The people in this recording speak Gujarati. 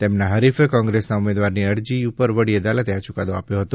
તેમના હરિફ કોંગ્રેસના ઉમેદવારની અરજી ઉપર વડી અદાલતે આ ચૂકાદો આપ્યો હતો